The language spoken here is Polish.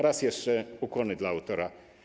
Raz jeszcze ukłony dla autora.